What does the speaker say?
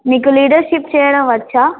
మీకు లీడర్షిప్ చేయడం వచ్చా